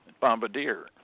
bombardier